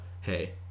hey